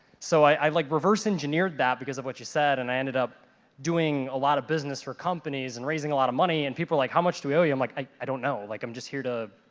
so i like reverse engineered that because of what you said and i ended up doing a lot of business for companies and raising a lot of money. and people are like, how much do we owe you? i'm like, i don't know. like i'm just here to